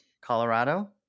Colorado